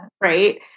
right